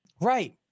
right